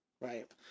right